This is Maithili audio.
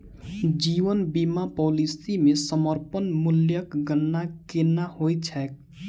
जीवन बीमा पॉलिसी मे समर्पण मूल्यक गणना केना होइत छैक?